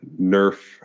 Nerf